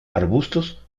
arbustos